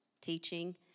teaching